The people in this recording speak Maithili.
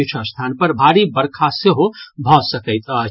किछु स्थान पर भारी बरखा सेहो भऽ सकैत अछि